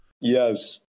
Yes